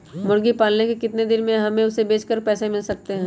मुर्गी पालने से कितने दिन में हमें उसे बेचकर पैसे मिल सकते हैं?